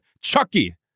Chucky